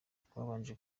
twabanje